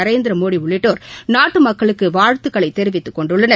ந ரேந்திர மோடி உள்ளிட்டோர் நாட்டு மக்களுக்கு வாழ்த்துக்களை தெரிவித்துக் கொண்டுள்ளனர்